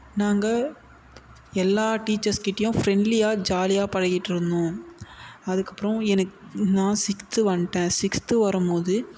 நாங்கள் எல்லா டீச்சர்ஸ் கிட்டேயும் ஃப்ரெண்ட்லியாக ஜாலியாக பழகிட்டுருந்தோம் அதுக்கப்புறம் எனக்கு நான் சிக்ஸ்த்து வந்துட்டேன் சிக்ஸ்த்து வரும் போது